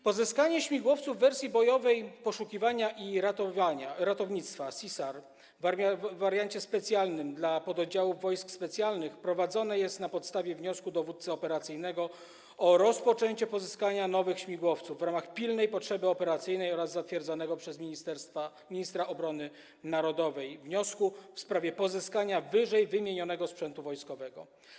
Pozyskanie śmigłowców w wersjach bojowej, poszukiwania i ratowania, ratownictwa, CSAR, w wariancie specjalnym dla pododdziałów Wojsk Specjalnych prowadzone jest na podstawie wniosku dowódcy operacyjnego o rozpoczęcie pozyskania nowych śmigłowców w ramach pilnej potrzeby operacyjnej oraz zatwierdzonego przez ministra obrony narodowej wniosku w sprawie pozyskania wyżej wymienionego sprzętu wojskowego.